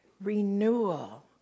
renewal